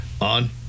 on